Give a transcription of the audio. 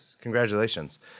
congratulations